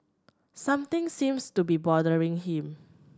something seems to be bothering him